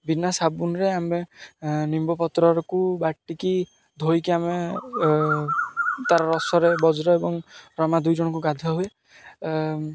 ବିନା ସାବୁନ୍ରେ ଆମେ ନିମ୍ବ ପତ୍ରରକୁ ବାଟିକି ଧୋଇକି ଆମେ ତା'ର ରସରେ ବଜ୍ର ଏବଂ ରମା ଦୁଇ ଜଣଙ୍କୁ ଗାଧା ହୁଏ